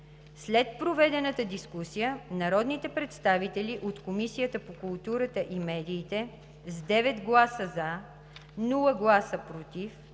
След проведената дискусия народните представители от Комисията по културата и медиите с 9 гласа „за“, без „против“